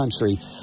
country